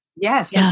Yes